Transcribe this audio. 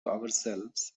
ourselves